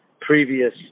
previous